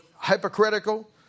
hypocritical